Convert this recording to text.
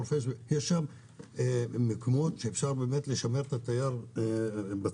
חורפיש יש שם מקומות שאפשר לשמר את התייר בצפון.